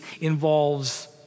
involves